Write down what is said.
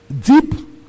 Deep